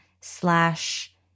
slash